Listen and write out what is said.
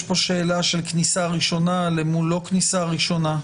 יש כאן שאלה של כניסה ראשונה למול כניסה שהיא לא כניסה ראשונה.